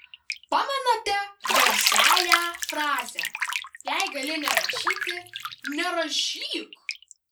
pamenate garsiąją frazę jei gali nerašyti nerašyk